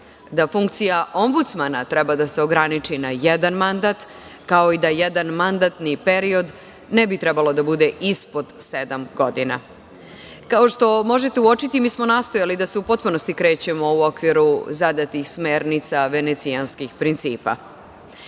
da funkcija ombudsmana treba da se ograniči na jedan mandat, kao i da jedan mandatni period ne bi trebalo da bude ispod sedam godina. Kao što možete uočiti, mi smo nastojali da se u potpunosti krećemo u okviru zadatih smernica Venecijanskih principa. Hoću